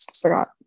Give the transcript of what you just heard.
forgot